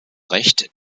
recht